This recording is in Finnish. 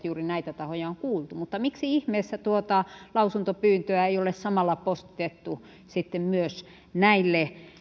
juuri näitä tahoja on kuultu mutta miksi ihmeessä tuota lausuntopyyntöä ei ole samalla postitettu sitten myös näille